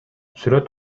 сүрөт